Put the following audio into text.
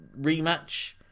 rematch